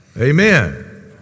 Amen